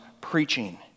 preaching